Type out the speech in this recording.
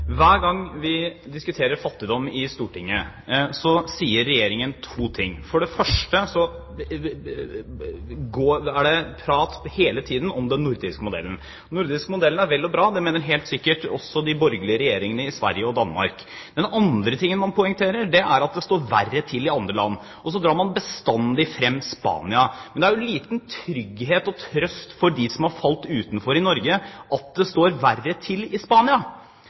Hver gang vi diskuterer fattigdom i Stortinget, sier Regjeringen to ting: For det første er det hele tiden prat om den nordiske modellen. Den nordiske modellen er vel og bra. Det mener helt sikkert også de borgerlige regjeringene i Sverige og Danmark. Men det andre man poengterer, er at det står verre til i andre land, og man drar bestandig fram Spania. Det er liten trygghet og trøst for dem som har falt utenfor i Norge, at det står verre til i Spania.